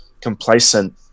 complacent